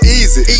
easy